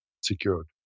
secured